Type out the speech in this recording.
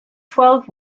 twelve